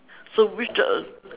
so which uh